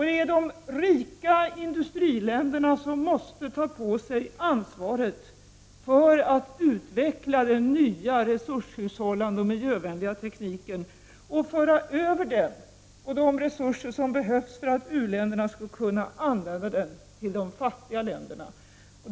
Det är de rika industriländerna som måste ta på sig ansvaret för att utveckla den nya resurshushållande miljövänliga tekniken och föra över den och de resurser som behövs för att u-länderna skall kunna använda den till de fattiga länderna.